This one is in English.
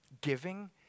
giving